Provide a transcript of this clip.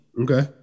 Okay